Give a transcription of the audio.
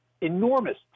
enormous